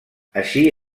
així